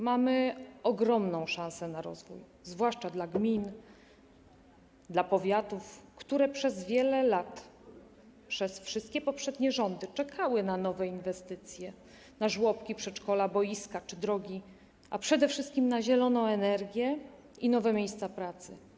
Mamy ogromną szansę na rozwój, zwłaszcza dla gmin, dla powiatów, które przez wiele lat, przez czasy wszystkich poprzednich rządów, czekały na nowe inwestycje, na żłobki, przedszkola, boiska czy drogi, a przede wszystkim na zieloną energię i nowe miejsca pracy.